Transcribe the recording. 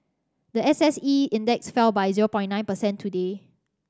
the S S E Index fell by zero point nine percent today